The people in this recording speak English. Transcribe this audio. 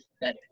better